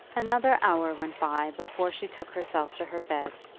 another hour went by before she took herself to her bed,